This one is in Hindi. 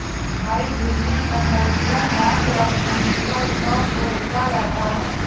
हाइब्रिड में कन्वर्टिबल बांड या पसंदीदा स्टॉक को बदला जाता है